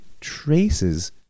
traces